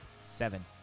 Seven